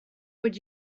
would